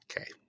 okay